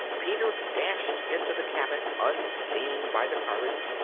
peter dashed into the cabin, unseen by the pirates,